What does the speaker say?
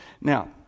Now